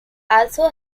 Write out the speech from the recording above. also